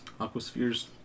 Aquaspheres